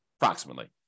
approximately